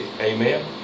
Amen